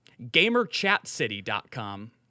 GamerChatCity.com